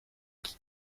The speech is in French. qui